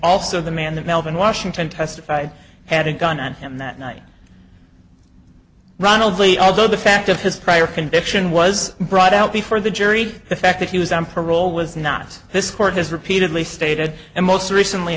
also the man that melvin washington testified had a gun on him that night ronald lee although the fact of his prior conviction was brought out before the jury the fact that he was on parole was not this court has repeatedly stated and most recently